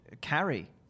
carry